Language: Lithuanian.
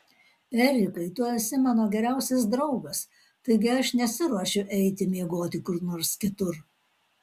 erikai tu esi mano geriausias draugas taigi aš nesiruošiu eiti miegoti kur nors kitur